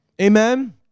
Amen